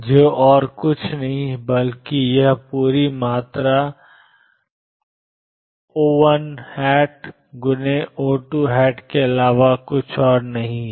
जो और कुछ नहीं बल्कि यह पूरी मात्रा ⟨O1⟩⟨O2⟩ के अलावा और कुछ नहीं है